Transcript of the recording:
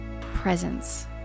presence